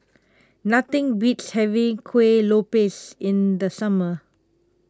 nothing beats having Kueh Lopes in the summer